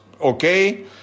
okay